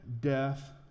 death